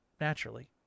naturally